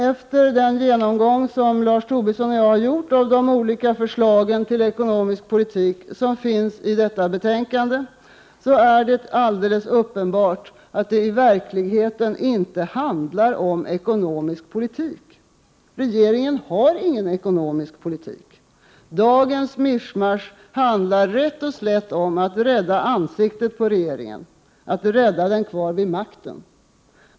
Efter den genomgång som Lars Tobisson och jag har gjort av de olika förslag till ekonomisk politik som finns i dagens betänkande är det alldeles uppenbart att det i verkligheten inte handlar om ekonomisk politik. Regeringen har ingen ekonomisk politik. Dagens mischmasch handlar rätt och slätt om att rädda ansiktet på regeringen — att rädda regeringen kvar vid makten.